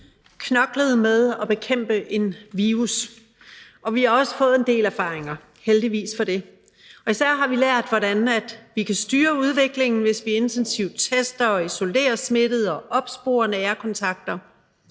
knoklet med at bekæmpe en virus. Vi har også fået en del erfaringer, og heldigvis for det. Især har vi lært, hvordan vi kan styre udviklingen, hvis vi intensivt tester, isolerer smittede og opsporer nære kontakter.